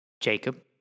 Jacob